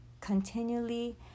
continually